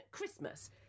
Christmas